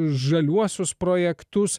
žaliuosius projektus